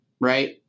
right